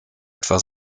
etwa